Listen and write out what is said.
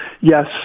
Yes